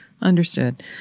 Understood